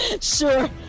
Sure